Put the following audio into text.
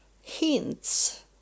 hints